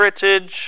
heritage